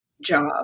job